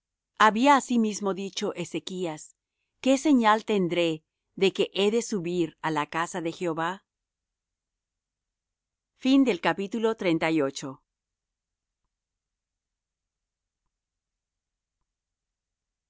había asimismo dicho ezechas qué señal tendré de que he de subir á la casa de jehová